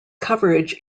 coverage